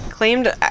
claimed